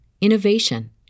innovation